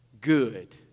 good